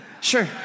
Sure